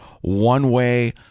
one-way